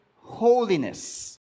holiness